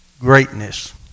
greatness